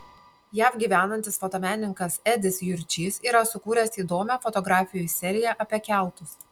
jav gyvenantis fotomenininkas edis jurčys yra sukūręs įdomią fotografijų seriją apie keltus